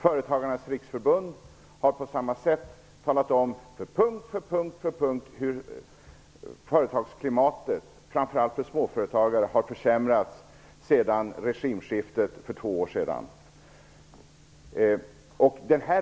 Företagarnas riksförbund har på samma sätt talat om punkt för punkt hur företagsklimatet för framför allt småföretagare har försämrats sedan regimskiftet för två år sedan.